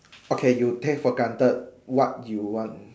okay you take for granted what you want